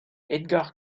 edgar